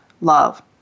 love